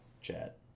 chat